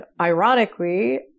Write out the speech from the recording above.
ironically